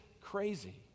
crazy